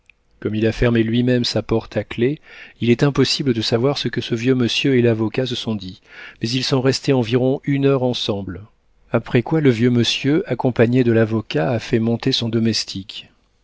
comme il a fermé lui-même sa porte à clef il est impossible de savoir ce que ce vieux monsieur et l'avocat se sont dit mais ils sont restés environ une heure ensemble après quoi le vieux monsieur accompagné de l'avocat a fait monter son domestique